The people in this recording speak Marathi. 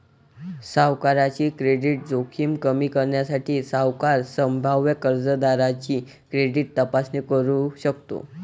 सावकाराची क्रेडिट जोखीम कमी करण्यासाठी, सावकार संभाव्य कर्जदाराची क्रेडिट तपासणी करू शकतो